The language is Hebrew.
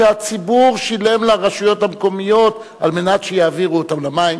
שהציבור שילם לרשויות המקומיות על מנת שיעבירו אותם למים.